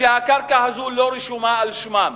שהקרקע הזו לא רשומה על שמם,